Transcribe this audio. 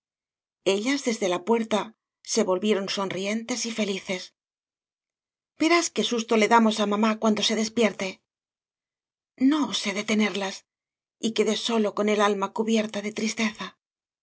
ellas desde la puerta se volvieron son rientes y felices verás qué susto le damos á mamá cuan do se despierte no osé detenerlas y quedé sólo con el alma cubierta de tristeza